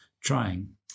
trying